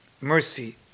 mercy